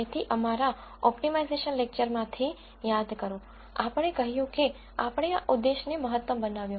તેથી અમારા optimisation lecture માંથી યાદ કરો આપણે કહ્યું કે આપણે આ ઉદ્દેશને મહત્તમ બનાવ્યો